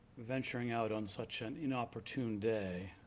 venturing out on such and inopportune day.